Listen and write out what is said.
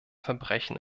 verbrechen